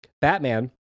Batman